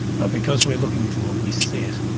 but because we are looking for it, we see it,